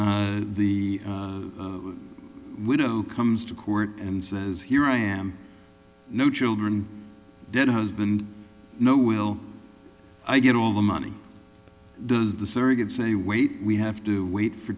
the widow comes to court and says here i am no children dead husband no will i get all the money does the surrogate say wait we have to wait for